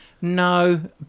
No